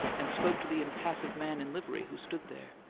and spoke to the impassive man in livery who stood there.